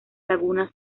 laguna